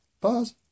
Pause